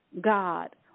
God